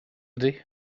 ydy